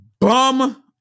bum